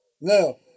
No